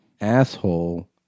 asshole